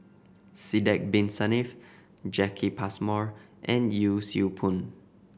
Sidek Bin Saniff Jacki Passmore and Yee Siew Pun